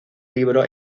libro